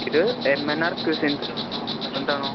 ഇത് M N R കുസിൻസാണോ റെസ്റ്റൊറൻറ്റാണോ